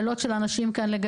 שלום, אני מהמועצה לישראל